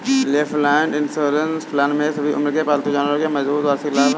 MetLife insurance plan एक सभी उम्र के पालतू जानवरों के लिए मजबूत वार्षिक लाभ है